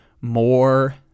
more